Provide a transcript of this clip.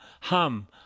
hum